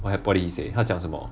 what hap~ what did he say 他讲什么